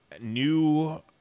new